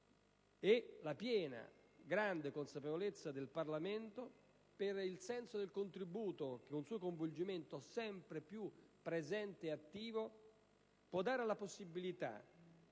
e la piena, grande consapevolezza del Parlamento che il proprio contributo ed un coinvolgimento sempre più presente e attivo può dare la possibilità